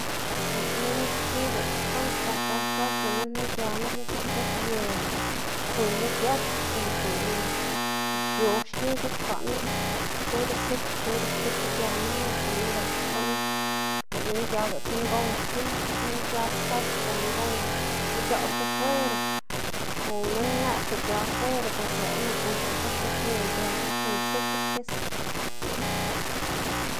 Bos minn xki diꞌltsa xkuꞌn sdzak xiab xfwers, lëꞌ minn knu gia nup nkob x̱obye tsuw lo gets noꞌnda x̱ob xki guxkwaꞌ nis tsuda sukr tsuda xkisa gia minn o zona diꞌltsa xkuꞌn lëꞌ minn giaga ti ngow xki, minn xiab xfwers gia ngow idzaꞌl ti suero o minn nëꞌdga gia suero bos lëꞌwu nak noꞌnda nkob x̱ob ye gia sin sukr xkisa.